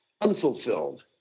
unfulfilled